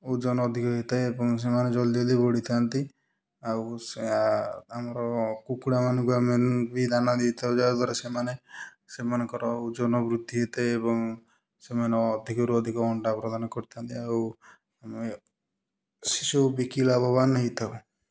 ଓଜନ ଅଧିକ ହେଇଥାଏ ଏବଂ ସେମାନେ ଜଲଦି ଜଲଦି ବଢ଼ିଥାନ୍ତି ଆଉ ସେ ଆମର କୁକୁଡ଼ା ମାନଙ୍କୁ ଆମେ ବି ଦାନା ଦେଇଥାଉ ଯାହା ଦ୍ୱାରା ସେମାନେ ସେମାନଙ୍କର ଓଜନ ବୃଦ୍ଧି ହେଇଥାଏ ଏବଂ ସେମାନେ ଅଧିକରୁ ଅଧିକ ଅଣ୍ଡା ପ୍ରଦାନ କରିଥାନ୍ତି ଆଉ ସେ ସବୁ ବିକି ଲାଭବାନ୍ ହେଇଥାଉ